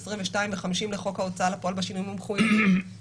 שינינו את זה בזה שחייבנו שההתראה תימסר ואז בתהליך הזה הזוכים השונים.